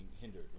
hindered